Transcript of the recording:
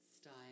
style